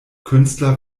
künstler